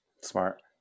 Smart